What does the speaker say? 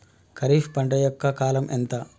ఖరీఫ్ పంట యొక్క కాలం ఎంత?